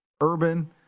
urban